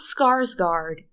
Skarsgård